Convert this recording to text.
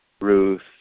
Ruth